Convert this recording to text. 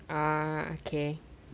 ah okay